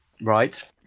right